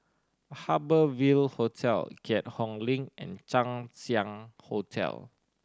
Harbour Ville Hotel Keat Hong Link and Chang Ziang Hotel